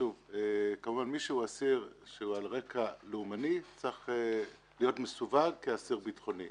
כמובן מי שהוא אסיר שהוא על רקע לאומני צריך להיות מסווג כאסיר ביטחוני,